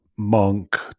monk